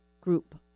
group